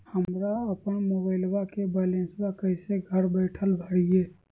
हमरा अपन मोबाइलबा के बैलेंस कैसे घर बैठल भरिए?